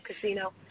casino